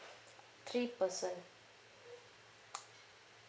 three person